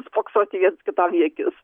spoksoti vienas kitam į akis